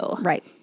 Right